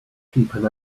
keep